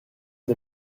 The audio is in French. est